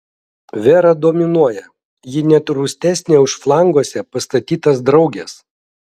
vera dominuoja ji net rūstesnė už flanguose pastatytas drauges